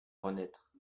renaître